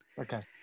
Okay